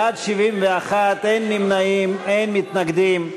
בעד, 71, אין נמנעים, אין מתנגדים.